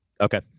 Okay